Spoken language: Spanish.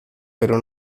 pero